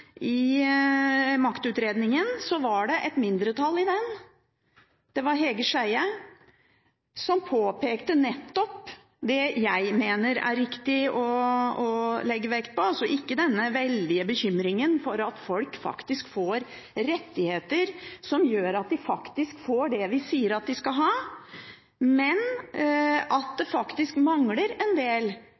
i maktutredningen var et mindretall, Hege Skjeie, som påpekte nettopp det jeg mener er riktig å legge vekt på, altså ikke denne veldige bekymringen for at folk får rettigheter som gjør at de faktisk får det vi sier at de skal ha, men at det mangler en del